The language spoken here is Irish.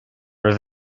raibh